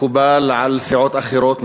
מקובל על סיעות אחרות,